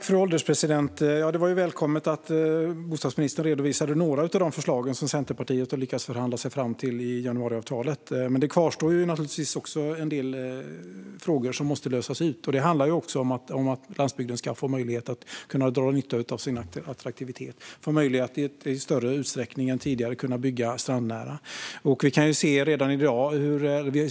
Fru ålderspresident! Det var välkommet att bostadsministern redovisade några av de förslag som Centerpartiet har lyckats förhandla sig fram till i januariavtalet. Men det kvarstår naturligtvis en del frågor som måste lösas. Det handlar också om att landsbygden ska få möjlighet att dra nytta av sin attraktivitet och att det i större utsträckning än tidigare ska finnas möjlighet att bygga strandnära.